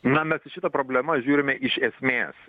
na mes į šitą problemas žiūrime iš esmės